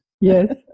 yes